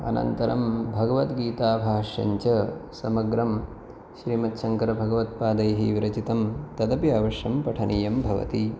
अनन्तरं भगवद्गीताभाष्यञ्च समग्रं श्रीमद् शङ्करभगवत्पादैः विरचितं तदपि अवश्यं पठनीयं भवति